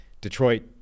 detroit